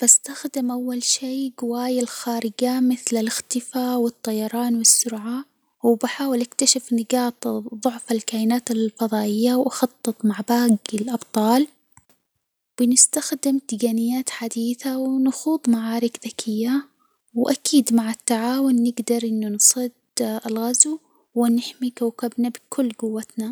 بستخدم أول شي قوايه الخارجة مثل الإختفاء والطيران والسرعة، وبحاول اكتشف نجاط ضعف الكائنات الفضائية وأخطط مع باجي الأبطال، بنستخدم تجنيات حديثة ونخوض معارك ذكيةK وأكيد مع التعاون نجدر إنه نصد الغزو ونحمي كوكبنا بكل جوتنا.